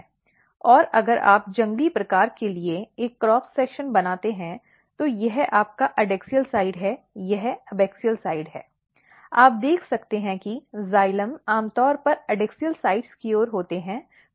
और अगर आप जंगली प्रकार के लिए एक क्रॉस सेक्शन बनाते हैं तो यह आपका एडैक्सियल पक्ष है यह एबैक्सियल साइड्स है और आप देख सकते हैं कि जाइलम आम तौर पर एडैक्सियल साइड्स की ओर होते हैं